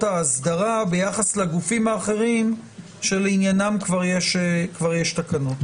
ההסדרה ביחס לגופים האחרים שלעניינם כבר יש תקנות.